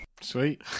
Sweet